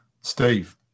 steve